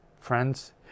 friends